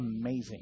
amazing